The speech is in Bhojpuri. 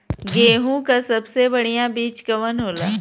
गेहूँक सबसे बढ़िया बिज कवन होला?